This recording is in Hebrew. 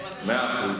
מאה אחוז.